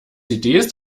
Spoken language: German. ist